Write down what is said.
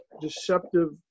deceptive